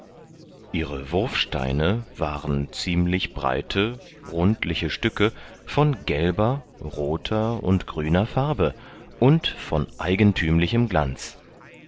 ihre wurfsteine waren ziemlich breite rundliche stücke von gelber rother und grüner farbe und von eigenthümlichem glanz